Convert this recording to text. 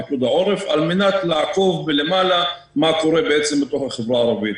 פיקוד העורף על לעקוב מלמעלה מה קורה בעצם בחברה הערבית.